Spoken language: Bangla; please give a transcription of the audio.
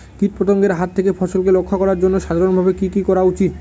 কীটপতঙ্গের হাত থেকে ফসলকে রক্ষা করার জন্য সাধারণভাবে কি কি করা উচিৎ?